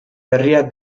berriak